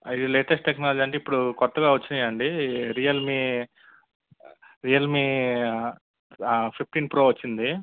ఇది latest technology అంటే ఇప్పుడు కొత్తగా వచ్చినాయి అండి రియల్మీ రియల్మీ ఫిఫ్టీన్ ప్రో వచ్చింది